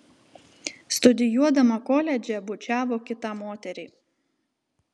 studijuodama koledže bučiavo kitą moterį